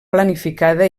planificada